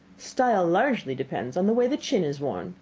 style largely depends on the way the chin is worn.